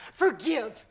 forgive